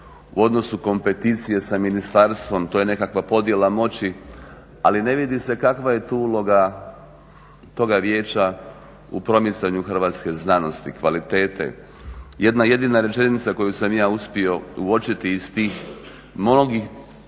u odnosu kompeticije sa ministarstvom, to je nekakva podjela moći, ali ne vidi se kakva je tu uloga toga vijeća u promicanju hrvatske znanosti, kvalitete. Jedna jedina rečenica koju sam ja uspio uočiti iz tih mnogih